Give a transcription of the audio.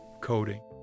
coding